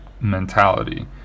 mentality